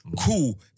Cool